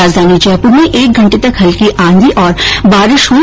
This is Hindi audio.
राजधानी जयपुर में एक घंटे तक हल्की आंधी और बारिष हुई